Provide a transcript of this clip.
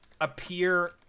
appear